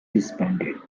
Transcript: disbanded